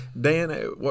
Dan